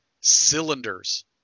cylinders